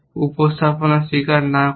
উপস্থাপনায় স্বীকার না করেই